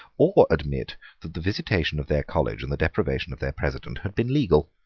or admit that the visitation of their college and the deprivation of their president had been legal.